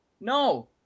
No